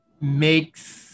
makes